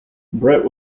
brett